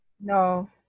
No